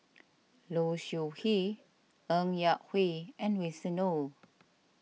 Low Siew Nghee Ng Yak Whee and Winston Oh